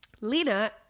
Lena